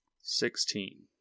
Sixteen